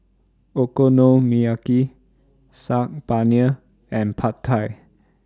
Okonomiyaki Saag Paneer and Pad Thai